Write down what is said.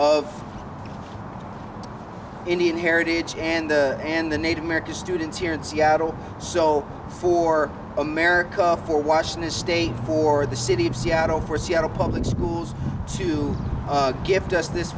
of indian heritage and and the native american students here in seattle so for america for washington state for the city of seattle for seattle public schools to give us this